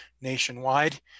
nationwide